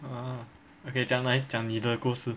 ah okay 讲来讲你的故事